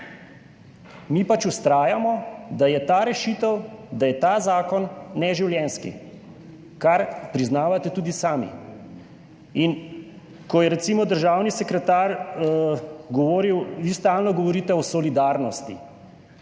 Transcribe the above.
Mi pač vztrajamo, da je ta rešitev, da je ta zakon neživljenjski, kar priznavate tudi sami. Ko je recimo državni sekretar govoril, da stalno govorimo o solidarnosti,